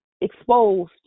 exposed